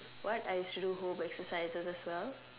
well I used to do home exercises as well